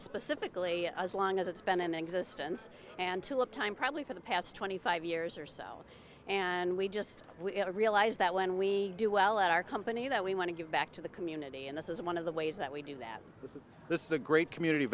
specifically as long as it's been in existence and tulip time probably for the past twenty five years or so and we just realize that when we do well at our company that we want to give back to the community and this is one of the ways that we do that this is a great community